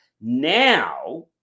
Now